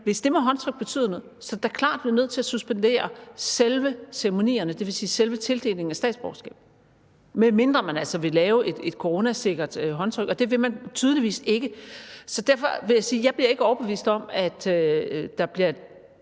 Hvis det med håndtryk betyder noget, er det da klart, at vi bliver nødt til at suspendere selve ceremonierne, dvs. selve tildelingen af statsborgerskab, medmindre man altså vil lave et coronasikkert håndtryk, og det vil man tydeligvis ikke. Så derfor vil jeg sige, at jeg ikke bliver overbevist om, at den her